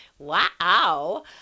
Wow